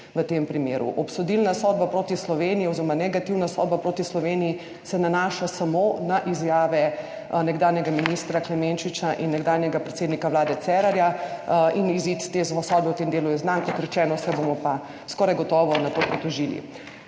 v tem primeru. Obsodilna sodba proti Sloveniji oziroma negativna sodba proti Sloveniji se nanaša samo na izjave nekdanjega ministra Klemenčiča in nekdanjega predsednika vlade Cerarja. Izid te sodbe v tem delu je znan. Kot rečeno, se bomo pa skoraj gotovo na to pritožili.